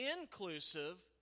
inclusive